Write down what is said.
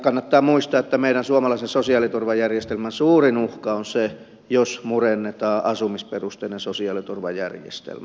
kannattaa muistaa että meidän suomalaisen sosiaaliturvajärjestelmän suurin uhka on se jos murennetaan asumisperusteinen sosiaaliturvajärjestelmä